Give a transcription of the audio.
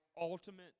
ultimate